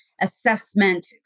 assessment